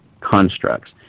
constructs